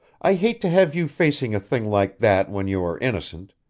i hate to have you facing a thing like that when you are innocent.